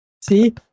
See